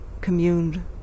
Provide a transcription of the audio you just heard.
communed